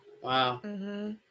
Wow